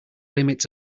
limits